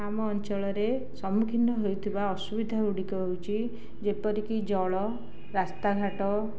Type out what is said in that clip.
ଆମ ଅଞ୍ଚଳରେ ସମ୍ମୁଖୀନ ହେଉଥିବା ଅସୁବିଧାଗୁଡ଼ିକ ହେଉଛି ଯେପରି କି ଜଳ ରାସ୍ତାଘାଟ